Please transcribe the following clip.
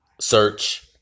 search